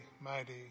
mighty